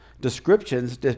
descriptions